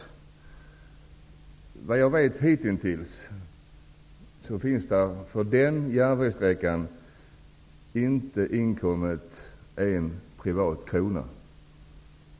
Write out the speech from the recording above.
Såvitt jag vet har det för denna järnvägssträcka inte inkommit en privat krona.